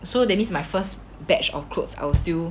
so that means my first batch of clothes I will still